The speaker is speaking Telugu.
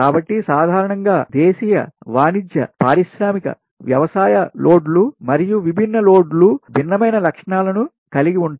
కాబట్టి సాధారణంగా దేశీయ వాణిజ్య పారిశ్రామిక వ్యవసాయ లోడ్లు మరియు విభిన్న లోడ్లు భిన్నమైన లక్షణాలను కలిగి ఉంటాయి